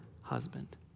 husband